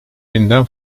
binden